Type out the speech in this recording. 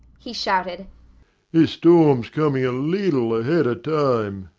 he shouted his storm's coming a leetle ahead of time.